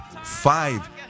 five